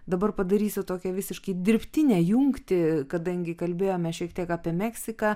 dabar padarysiu tokią visiškai dirbtinę jungtį kadangi kalbėjome šiek tiek apie meksiką